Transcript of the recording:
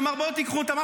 אמר: בואו תיקחו אותם,